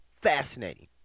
fascinating